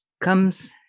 comes